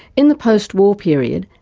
in the post-war period,